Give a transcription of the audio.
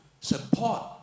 support